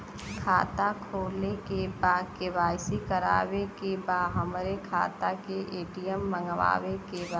खाता खोले के बा के.वाइ.सी करावे के बा हमरे खाता के ए.टी.एम मगावे के बा?